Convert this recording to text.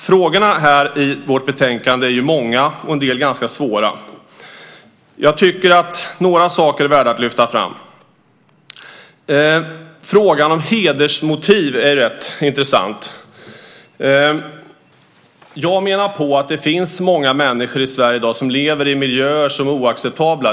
Frågorna här i vårt betänkande är många, och en del är ganska svåra. Jag tycker att några saker är värda att lyfta fram. Frågan om hedersmotiv är rätt intressant. Jag menar att det finns många människor i Sverige i dag som lever i miljöer som är oacceptabla.